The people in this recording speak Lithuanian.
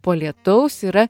po lietaus yra